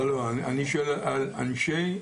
לא, אני שואל על פקידי המדינה.